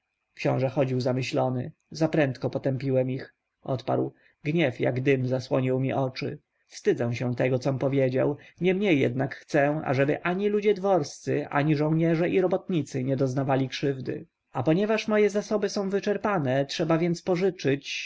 książę chodził zamyślony za prędko potępiłem ich odparł gniew jak dym zasłonił mi oczy wstydzę się tego com powiedział niemniej jednak chcę ażeby ani ludzie dworscy ani żołnierze i robotnicy nie doznawali krzywdy a ponieważ moje zasoby są wyczerpane trzeba więc pożyczyć